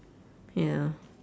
ya